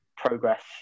progress